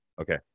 Okay